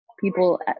people